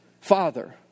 father